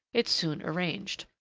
it's soon arranged.